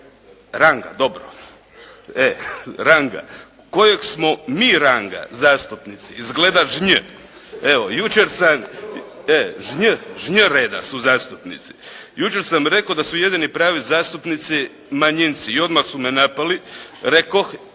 Ranga, dobro. Kojeg smo mi ranga zastupnici? Izgleda žnj. Evo jučer sam …… /Upadica se ne čuje./ … Žnj, žnj reda su zastupnici. Jučer sam rekao da su jedini pravi zastupnici manjinci i odmah su me napali. Rekoh